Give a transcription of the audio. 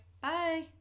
Bye